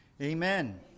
amen